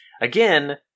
again